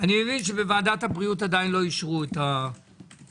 מבין שבוועדת הבריאות עדיין לא אישרו את המתווה.